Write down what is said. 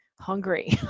hungry